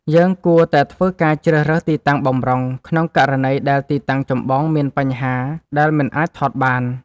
យើងគួរតែធ្វើការជ្រើសរើសទីតាំងបម្រុង ក្នុងករណីដែលទីតាំងចម្បងមានបញ្ហាដែលមិនអាចថតបាន។